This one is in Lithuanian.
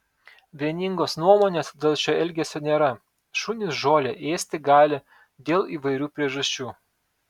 vieningos nuomonės dėl šio elgesio nėra šunys žolę ėsti gali dėl įvairių priežasčių